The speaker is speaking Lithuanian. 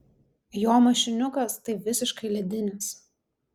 jo mašiniukas tai visiškai ledinis